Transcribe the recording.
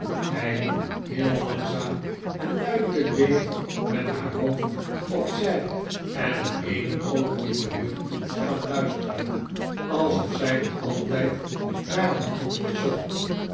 hij heel langzaam en duidelijk deed met haar hoofd op zij en het eene oog in de lucht staan luisteren alsof zij nog altijd naar dat antwoord zocht